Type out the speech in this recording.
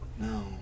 no